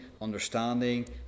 understanding